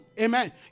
amen